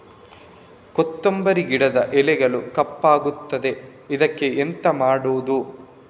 ಕೊತ್ತಂಬರಿ ಗಿಡದ ಎಲೆಗಳು ಕಪ್ಪಗುತ್ತದೆ, ಇದಕ್ಕೆ ಎಂತ ಮಾಡೋದು?